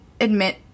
admit